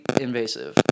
invasive